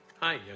Hi